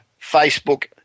Facebook